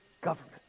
government